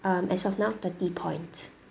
um as of now thirty points